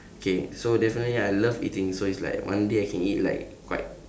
okay so definitely I love eating so it's like one day I can eat like quite